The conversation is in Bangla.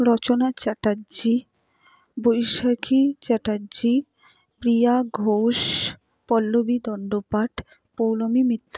রচনা চ্যাটার্জি বৈশাখী চ্যাটার্জি প্রিয়া ঘোষ পল্লবি দন্ডপাট পৌলোমী মিত্র